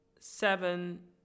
Seven